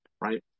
right